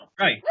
Right